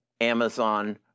Amazon